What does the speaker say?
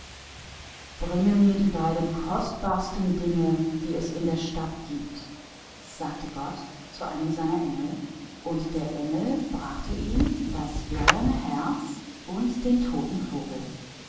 bring mir die beiden kostbarsten dinge der stadt sagte gott zu einem seiner engel und der engel brachte ihm das bleierne herz und den toten vogel